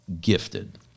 gifted